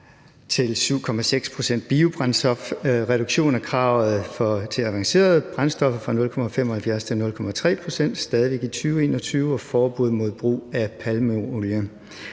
til 7,6 pct. biobrændstof i 2021, reduktion af kravet til avancerede brændstoffer fra 0,75 til 0,3 pct., stadig væk i 2021, og forbud mod brug af palmeolie.